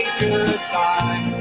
goodbye